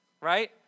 right